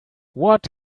what